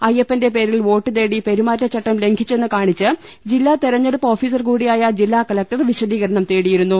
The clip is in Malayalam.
അയ്യപ്പന്റെ പേരിൽ വോട്ടുതേടി പെരുമാറ്റചട്ടം ലംഘിച്ചെന്ന് കാണിച്ച് ജില്ലാ തെരഞ്ഞെടുപ്പ് ഓഫീസർ കൂടിയായ ജില്ലാകലക്ടർ വിശദീകരണം തേടിയിരുന്നു